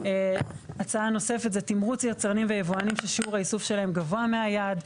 הצעה נוספת זה תמרוץ יצרנים ויבואנים ששיעור האיסוף שלהם גבוה מהיעד,